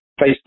Facebook